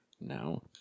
no